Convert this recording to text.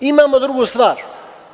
Imamo drugu stvar.